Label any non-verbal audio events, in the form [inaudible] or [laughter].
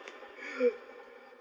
[breath]